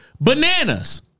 Bananas